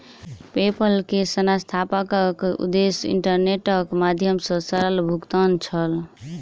PayPal के संस्थापकक उद्देश्य इंटरनेटक माध्यम सॅ सरल भुगतान छल